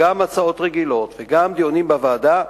וגם הצעות רגילות וגם דיונים בוועדה,